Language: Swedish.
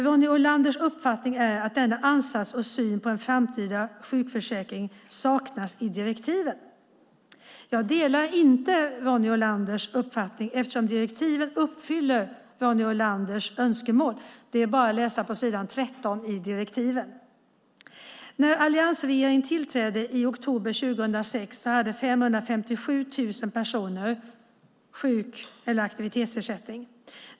Ronny Olanders uppfattning är att denna ansats och syn på en framtida sjukförsäkring saknas i direktiven. Jag delar inte Ronny Olanders uppfattning, eftersom direktiven uppfyller Ronny Olanders önskemål. Det är bara att läsa s. 13 i direktiven. När alliansregeringen tillträdde i oktober 2006 hade 557 000 personer sjuk eller aktivitetsersättning.